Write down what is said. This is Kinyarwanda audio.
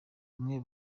bamwe